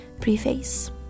Preface